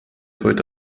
heute